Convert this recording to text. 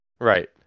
Right